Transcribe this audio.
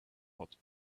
hot